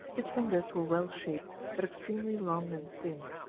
his fingers were well shaped, but extremely long and thin.